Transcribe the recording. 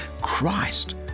Christ